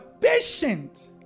patient